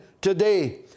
today